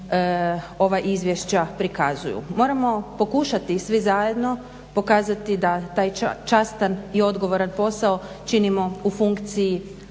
ova izvješća prikazuju. Moramo pokušati svi zajedno pokazati da taj častan i odgovoran posao činimo u funkciji